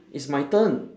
it's my turn